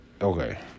okay